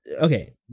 Okay